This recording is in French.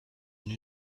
une